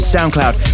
SoundCloud